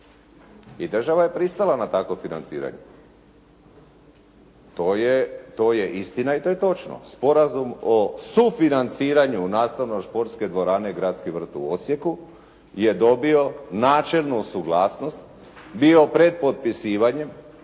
i država je pristala na takvo financiranje. To je istina i to je točno. Sporazum o sufinanciranju nastavno športske dvorane "Gradski vrt" u Osijeku je dobio načelnu suglasnost, bio pred potpisivanjem